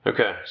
Okay